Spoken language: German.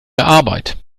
arbeit